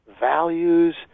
values